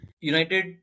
United